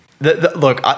Look